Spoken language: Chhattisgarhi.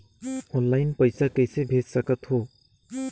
ऑनलाइन पइसा कइसे भेज सकत हो?